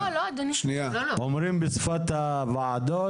לא אדוני, כי הנושא החדש